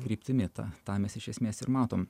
kryptimi ta tą mes iš esmės ir matom